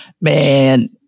man